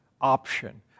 option